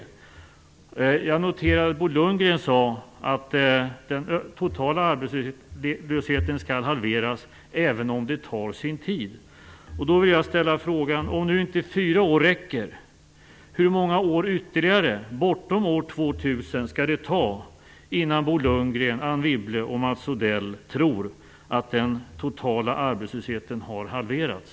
Jag noterar att Bo Lundgren sade att den totala arbetslösheten skall halveras även om det tar sin tid. Då vill jag ställa en fråga. Om nu inte fyra år räcker, hur många år ytterligare, bortom år 2000, skall det ta innan Bo Lundgren, Anne Wibble och Mats Odell tror att den totala arbetslösheten har halverats?